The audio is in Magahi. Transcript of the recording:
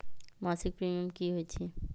मासिक प्रीमियम की होई छई?